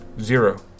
Zero